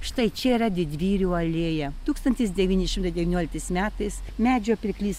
štai čia yra didvyrių alėja tūkstantis devyni šimtai devynioliktais metais medžio pirklys